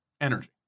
energy